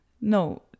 no